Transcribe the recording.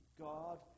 God